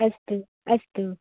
अस्तु अस्तु